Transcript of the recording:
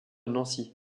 nancy